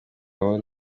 gahunda